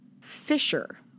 Fisher